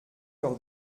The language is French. leur